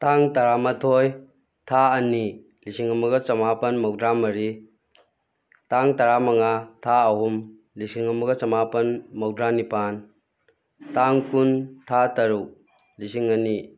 ꯇꯥꯡ ꯇꯔꯥ ꯃꯥꯊꯣꯏ ꯊꯥ ꯑꯅꯤ ꯂꯤꯁꯤꯡ ꯑꯃꯒ ꯆꯃꯥꯄꯜ ꯃꯧꯗ꯭ꯔꯥ ꯃꯔꯤ ꯇꯥꯡ ꯇꯔꯥ ꯃꯉꯥ ꯊꯥ ꯑꯍꯨꯝ ꯂꯤꯁꯤꯡ ꯑꯃꯒ ꯆꯃꯥꯄꯜ ꯃꯧꯗ꯭ꯔꯥ ꯅꯤꯄꯥꯜ ꯇꯥꯡ ꯀꯨꯟ ꯊꯥ ꯇꯔꯨꯛ ꯂꯤꯁꯤꯡ ꯑꯅꯤ